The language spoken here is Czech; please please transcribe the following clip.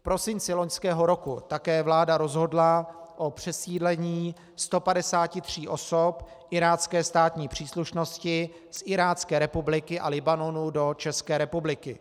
V prosinci loňského roku také vláda rozhodla o přesídlení 153 osob irácké státní příslušnosti z Irácké republiky a Libanonu do České republiky.